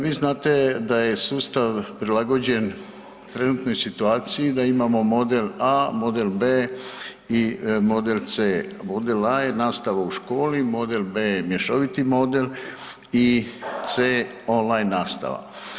Vi znate da je sustav prilagođen trenutnoj situaciji, da imamo model A, model B i model C. Model A je nastava u školi, model B je mješoviti model i C online nastava.